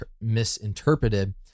misinterpreted